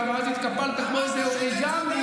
ותפסיק עם הצביעות.